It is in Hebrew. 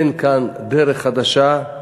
אין כאן דרך חדשה,